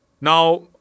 Now